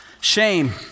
Shame